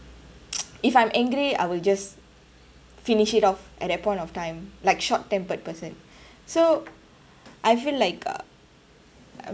if I'm angry I will just finish it off at that point of time like short tempered person so I feel like uh